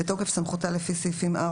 בתוקף סמכותה לפי סעיפים 4,